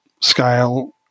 scale